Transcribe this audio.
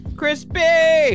crispy